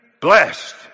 Blessed